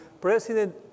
President